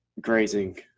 grazing